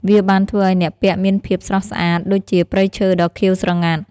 វាបានធ្វើឱ្យអ្នកពាក់មានភាពស្រស់ស្អាតដូចជាព្រៃឈើដ៏ខៀវស្រងាត់។